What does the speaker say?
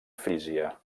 frísia